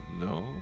no